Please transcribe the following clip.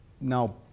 now